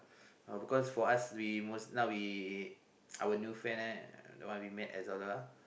of course for us we most now we our new friend the one we met at Zelda